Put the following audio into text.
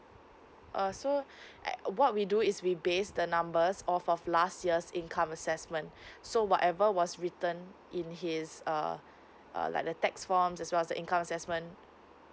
uh so uh what we do is we base the numbers of of last year's income assessment so whatever was written in his uh uh like the tax forms as well as the income assessment